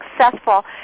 successful